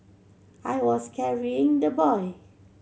I was carrying the boy